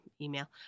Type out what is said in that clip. email